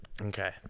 Okay